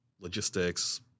Logistics